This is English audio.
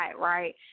right